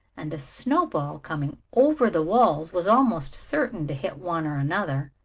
and a snowball coming over the walls was almost certain to hit one or another.